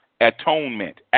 Atonement